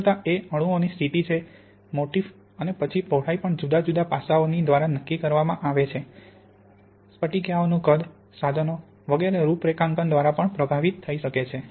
તીવ્રતા એ અણુઓની સ્થિતિ મોટિફ અને પછી પહોળાઈ પણ ઘણા જુદા જુદા પાસાઓની દ્વારા નક્કી કરવામાં આવે છે સ્ફટિકીયાનું કદ સાધનો વગેરે રૂપરેખાંકન દ્વારા પણ પ્રભાવિત થઈ શકે છે